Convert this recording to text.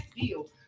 deal